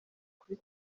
kuri